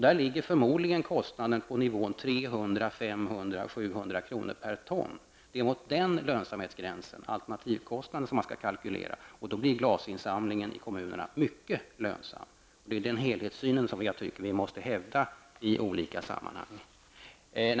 Där ligger förmodligen kostnaden någonstans mellan 300 och 700 kr. per ton. Det är alltså mot den alternativkostnadsgränsen som man skall kalkylera, och då blir glasinsamlingen i kommunerna mycket lönsam. Det är en helhetssyn som jag tycker att vi måste hävda i olika sammanhang.